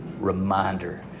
reminder